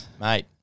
mate